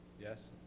yes